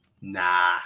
nah